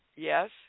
Yes